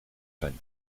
zijn